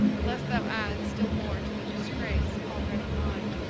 lest thou add still more to the disgrace already mine.